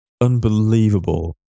Unbelievable